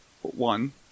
one